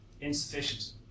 insufficient